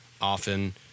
often